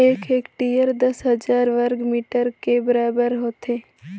एक हेक्टेयर दस हजार वर्ग मीटर के बराबर होथे